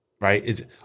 Right